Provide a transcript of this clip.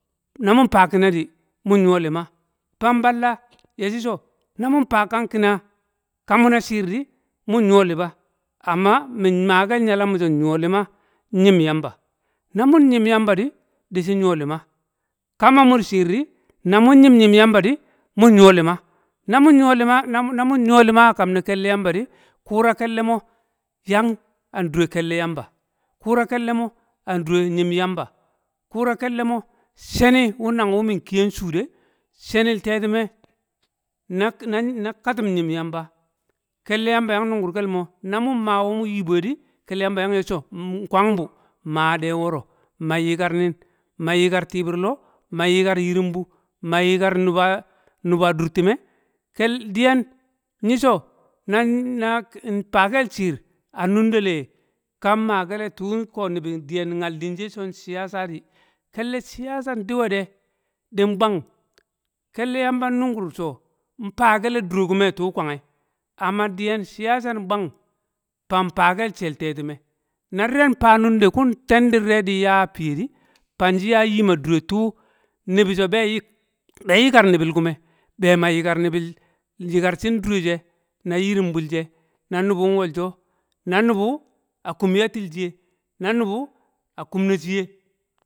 namun fa kina di, mun nyo lima, fang balla ye shi so, namun faa kan nkina ka muna shiir di, mun nyo lima min maa kel nyala, mi so nyo lima nyim Yamba, na mun nyim Yamba di di shi nyo lima. Ka ma mu di shiir di, na mun kyinryim Yamba di, kum riyo lima. No mun nyo lima, na- na- na kun nyo lima a kom ne kelle Yamba di, kuma kelle me yang aa dure, kelle Yamba, kuma kelle mo yang an dure nyim Yamba. Kuma kelle we sheni, nang wu mi nkiye nshu de, shenil tetime na- na ketine nyina yamba, kelle yamba yang nungur kel ma na moma mu nyi bwe din kelle yamba yang ye shi so nkwang by maa de woro, man yikar nin, man yikar tidir loo, man yikar yirumbu, man yikan nuba nuba dur time, kel- diyen nye so- na- nan- faa kel shiir a nunde le, kan make le tuko diyen nibi nyal din she son siyasa di kell siyasa nidi we de, din bwang kelle yamba nnungur so, nfaa kelle dure kume a tuu kwangye amma diyen siyasa nbwang fang faa kel shel tetime. Na dire din fa nunde, kun tendi dire din ya a fiye di, fan shi yaan yim a dure tuu nibi le kume be man yikar nibi, yikar shin dure she ma yirumbul she na nuhu nwo, a nubu a kum wutil shiye na nubu a kum me shiye.